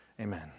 amen